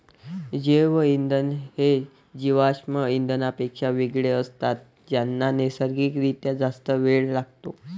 जैवइंधन हे जीवाश्म इंधनांपेक्षा वेगळे असतात ज्यांना नैसर्गिक रित्या जास्त वेळ लागतो